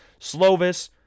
slovis